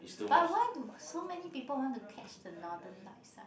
but why do so many people want to catch the northern lights ah